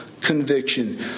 conviction